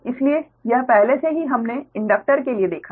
इसलिए यह पहले से ही हमने इंडक्टर के लिए देखा है